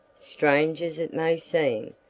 strange as it may seem,